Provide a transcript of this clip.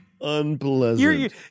unpleasant